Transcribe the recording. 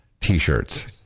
t-shirts